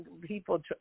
people